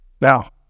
Now